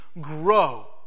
grow